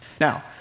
Now